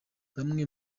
bamwe